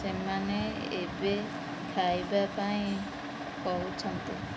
ସେମାନେ ଏବେ ଖାଇବା ପାଇଁ କହୁଛନ୍ତି